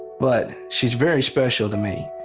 but she is very special to me.